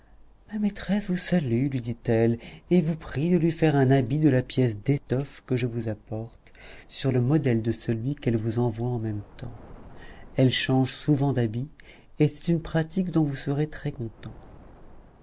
ma maîtresse vous salue lui dit-elle et vous prie de lui faire un habit de la pièce d'étoffe que je vous apporte sur le modèle de celui qu'elle vous envoie en même temps elle change souvent d'habit et c'est une pratique dont vous serez